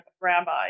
rabbi